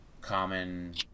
Common